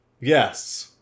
Yes